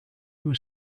was